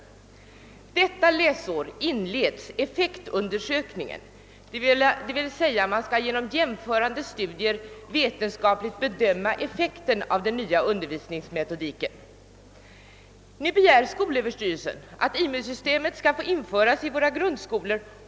Detta läsår inleds effektundersökningen som innebär att man genom jämförande studier vetenskapligt bedömer effekten av den nya undervisningsmetodiken. Nu begär skolöverstyrelsen att IMU-systemet skall få införas i våra grundskolor.